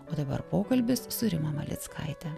o dabar pokalbis su rima malickaite